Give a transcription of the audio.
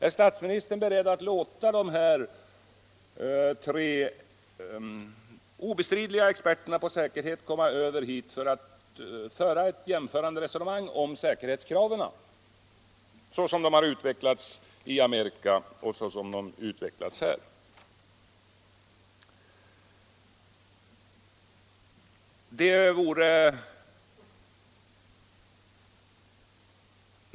Är statsministern beredd att låta dessa tre obestridliga experter på säkerhet komma över hit för ett jämförande resonemang om säkerhetskrav såsom de utvecklats i Amerika och här i Sverige?